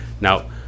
now